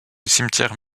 cimetière